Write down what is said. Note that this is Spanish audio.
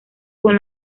con